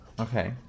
okay